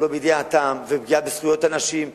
שלא בידיעתן, ופגיעה בזכויות הנשים בהודו.